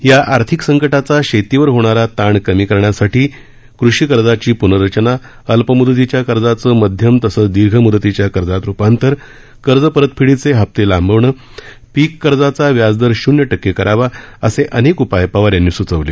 या आर्थिक संकटाचा शेतीवर होणारा ताण कमी करण्यासाठी कृषी कर्जाची प्नर्रचना अल्पमुदतीच्या कर्जाचं मध्यम तसंच दीर्घ मुदतीच्या कर्जात रुपांतर कर्ज परतफेडीचे हप्ते लांबवणं पीककर्जाचा व्याजदर शून्य टक्के करावा असे अनेक उपाय पवार यांनी सूचवले